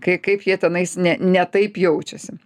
kai kaip jie tenais ne ne taip jaučiasi